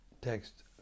text